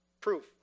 proof